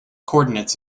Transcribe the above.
coordinates